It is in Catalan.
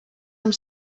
amb